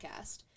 Podcast